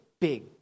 big